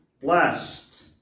blessed